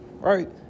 Right